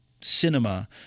cinema